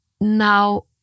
Now